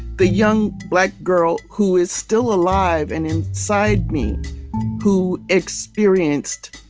the young black girl who is still alive and in side me who experienced.